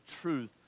truth